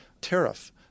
tariff